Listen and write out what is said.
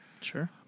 sure